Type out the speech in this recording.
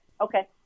Okay